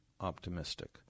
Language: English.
optimistic